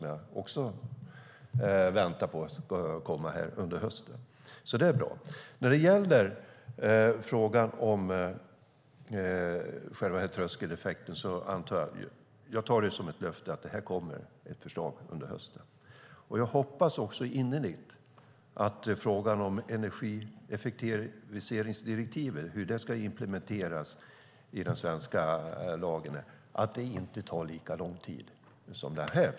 Jag förväntar mig att förslaget kommer under hösten. Sedan var det frågan om tröskeleffekten. Jag tar det som ett löfte att det kommer ett förslag under hösten. Jag hoppas också innerligt att hanteringen av frågan om hur energieffektiviseringsdirektivet ska implementeras i den svenska lagen inte ska ta lika lång tid att lösa.